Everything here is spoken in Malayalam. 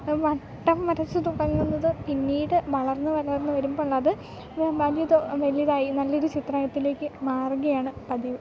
വട്ടം വരച്ച് തുടങ്ങുന്നത് പിന്നീട് വളർന്ന് വളർന്നു വരുമ്പോഴത് ഇപ്പോൾ വലുത് വലുതായി നല്ലൊരു ചിത്രത്തിലേക്കു മാറുകയാണ് പതിവ്